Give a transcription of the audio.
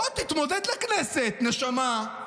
בוא, תתמודד לכנסת, נשמה,